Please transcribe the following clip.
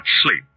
sleep